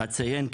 אציין,